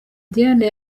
diane